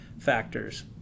factors